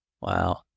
wow